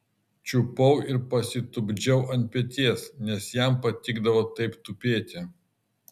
čiupau ir pasitupdžiau ant peties nes jam patikdavo taip tupėti